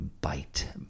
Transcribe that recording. bite